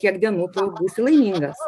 kiek dienų tu būsi laimingas